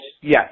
Yes